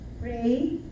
Pray